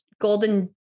golden